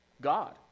God